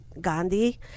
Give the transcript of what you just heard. Gandhi